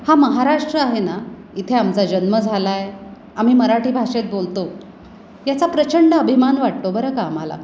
हा महाराष्ट्र आहे ना इथे आमचा जन्म झाला आहे आम्ही मराठी भाषेत बोलतो याचा प्रचंड अभिमान वाटतो बरं का आम्हाला